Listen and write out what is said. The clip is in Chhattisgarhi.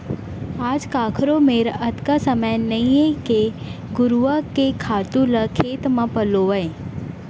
आज काकरो मेर अतका समय नइये के घुरूवा के खातू ल खेत म पलोवय